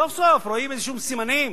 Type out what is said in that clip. סוף-סוף רואים איזשהם סימנים,